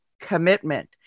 commitment